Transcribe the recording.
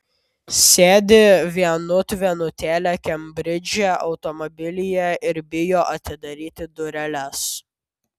sėdi vienut vienutėlė kembridže automobilyje ir bijo atidaryti dureles